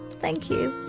thank you.